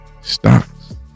stocks